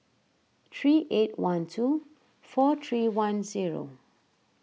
three eight one two four three one zero